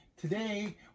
Today